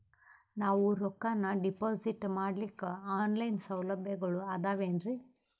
ನಾವು ರೊಕ್ಕನಾ ಡಿಪಾಜಿಟ್ ಮಾಡ್ಲಿಕ್ಕ ಆನ್ ಲೈನ್ ಸೌಲಭ್ಯಗಳು ಆದಾವೇನ್ರಿ?